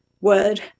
word